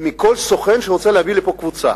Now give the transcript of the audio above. מכל סוכן שרוצה להביא לפה קבוצה.